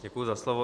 Děkuji za slovo.